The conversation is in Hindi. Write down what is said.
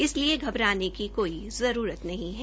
इसलिए घबराने की कोई जरूरत नहीं है